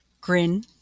Grin